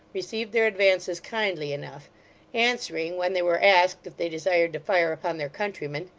received their advances kindly enough answering, when they were asked if they desired to fire upon their countrymen,